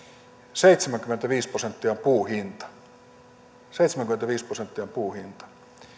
seitsemänkymmentäviisi prosenttia on puun hinta seitsemänkymmentäviisi prosenttia on puun hinta